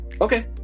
Okay